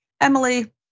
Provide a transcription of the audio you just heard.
Emily